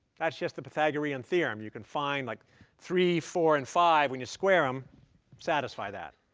that's just the pythagorean theorem. you can find like three, four, and five, when you square them satisfy that.